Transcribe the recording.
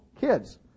Kids